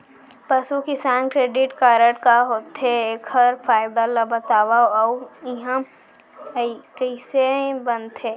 पसु किसान credit card का होथे, एखर फायदा ला बतावव अऊ एहा कइसे बनथे?